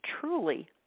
truly